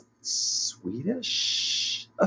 Swedish